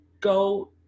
go